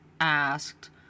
asked